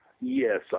Yes